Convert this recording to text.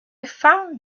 found